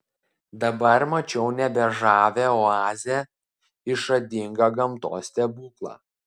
dabar mačiau nebe žavią oazę išradingą gamtos stebuklą